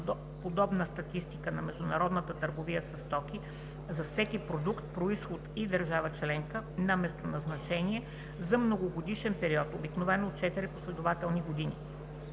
подробна статистика на международната търговия със стоки, за всеки продукт, произход и държава членка на местоназначение, за многогодишен период, обикновено четири последователни години.